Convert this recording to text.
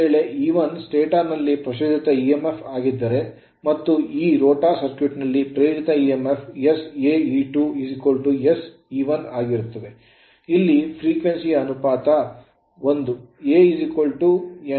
ಒಂದು ವೇಳೆ E1 stator ನಲ್ಲಿ ಪ್ರಚೋದಿತ emf ಆಗಿದ್ದರೆ ಮತ್ತು ಈ ರೋಟರ್ ಸರ್ಕ್ಯೂಟ್ ನಲ್ಲಿ ಪ್ರೇರಿತ emf saE2 sE1ಆಗಿರುತ್ತದೆ ಇಲ್ಲಿ ಪರಿವರ್ತನೆಯ ಅನುಪಾತ1 a a n1n2